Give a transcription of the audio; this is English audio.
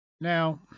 Now